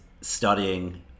studying